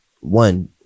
one